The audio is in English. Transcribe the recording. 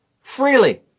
Freely